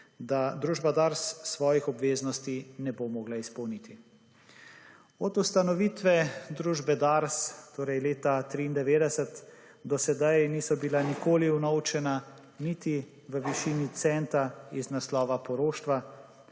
da družba Dars svojih obveznosti ne bo mogla izpolniti. Od ustanovitve družbe Dars, torej leta 1993, do sedaj niso bila nikoli vnovčena niti v višini centa iz naslova poroštva,